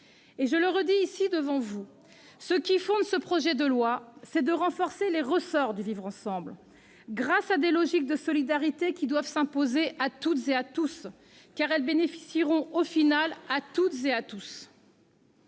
Je le redis ici, ce qui fonde ce projet de loi, c'est le renforcement des « ressorts » du vivre ensemble, grâce à des logiques de solidarité qui doivent s'imposer à toutes et tous, car elles profiteront, en fin de compte, à toutes et à tous.